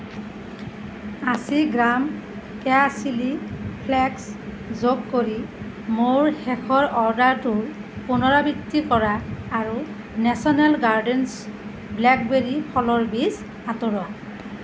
আশী gram Keya chilli flakes যোগ কৰি মোৰ শেষৰ অৰ্ডাৰটোৰ পুনৰাবৃত্তি কৰা আৰু নেশ্যনেল গাৰ্ডেনছ ব্লেকবেৰী ফলৰ বীজ আঁতৰোৱা